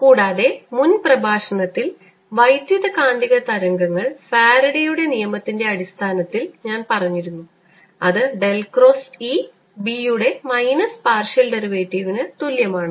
കൂടാതെ മുൻ പ്രഭാഷണത്തിൽ വൈദ്യുതകാന്തിക തരംഗങ്ങൾ ഫാരഡെയുടെ നിയമത്തിന്റെ അടിസ്ഥാനത്തിൽ ഞാൻ പറഞ്ഞിരുന്നു അത് ഡെൽ ക്രോസ് E B യുടെ മൈനസ് പാർഷ്യൽ ഡെറിവേറ്റീവിന് തുല്യമാണ്